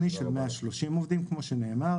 של 130 עובדים, כמו שנאמר.